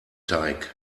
teig